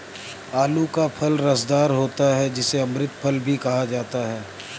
आलू का फल रसदार होता है जिसे अमृत फल भी कहा जाता है